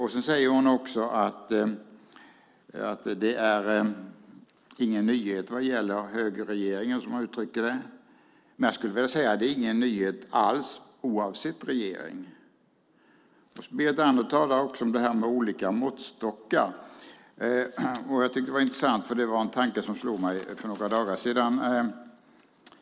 Hon säger också att det inte är någon nyhet vad gäller högerregeringar, som hon uttryckte det. Men jag skulle vilja säga att det inte är någon nyhet alls, oavsett regering. Berit Andnor talar också om detta med olika måttstockar. Jag tycker att det var intressant, för det var en tanke som slog mig för några dagar sedan.